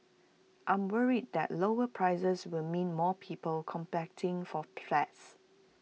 I'm worried that lower prices will mean more people competing for